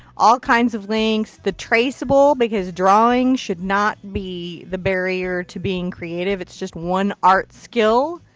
all kinds of things. the traceable, because drawing should not be the barrier to being creative. it's just one art skill.